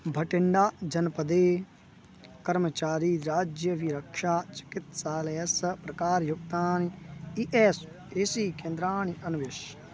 भटिण्डा जनपदे कर्मचारीराज्याभिरक्षाचिकित्सालयस्य प्रकारयुक्तानि E A S A C केन्द्राणि अन्विष